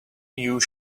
you